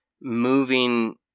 moving